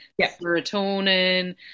serotonin